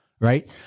Right